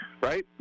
right